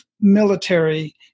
military –